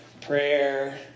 prayer